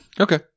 Okay